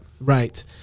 Right